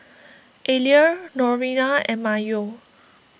Ariel Lorena and Mayo